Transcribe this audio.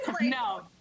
no